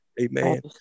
Amen